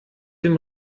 dem